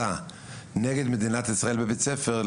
להסתה נגד מדינת ישראל בבית ספר,